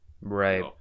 Right